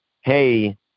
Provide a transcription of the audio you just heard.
hey